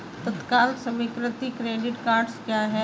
तत्काल स्वीकृति credit cards क्या हैं?